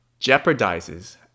jeopardizes